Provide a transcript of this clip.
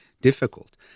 difficult